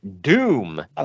Doom